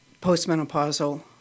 postmenopausal